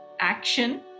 action